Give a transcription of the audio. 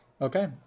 Okay